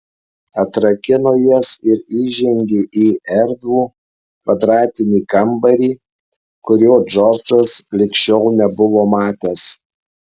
atrakino jas ir įžengė į erdvų kvadratinį kambarį kurio džordžas lig šiol nebuvo matęs